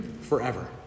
forever